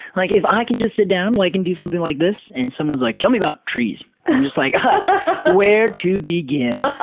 like, if i could just sit down and do something like this, and someone's like, tell me about trees. i'm just like, where to begin!